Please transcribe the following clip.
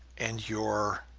and your